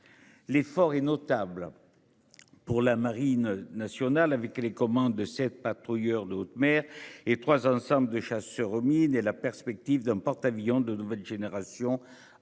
L'effort est notable. Pour la marine nationale avec les commandes de sept patrouilleurs de haute mer et trois ensemble de chasseurs aux mines et la perspective d'un porte-. Avions de nouvelle génération,